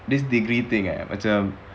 this degree thing eh macam